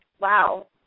wow